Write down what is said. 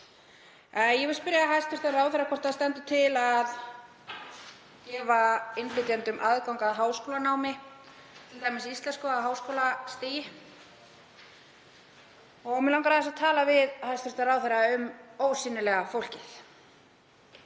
Ég vil spyrja hæstv. ráðherra hvort það standi til að veita innflytjendum aðgang að háskólanámi, t.d. íslensku á háskólastigi. Og mig langar aðeins að tala við hæstv. ráðherra um ósýnilega fólkið,